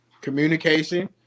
communication